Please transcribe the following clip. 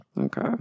Okay